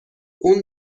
اون